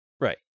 Right